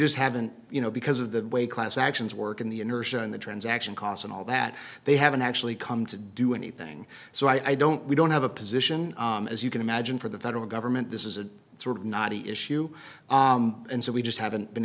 just haven't you know because of the way class actions work in the inertia and the transaction costs and all that they haven't actually come to do anything so i don't we don't have a position as you can imagine for the federal government this is a sort of knotty issue and so we just haven't been